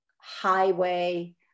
highway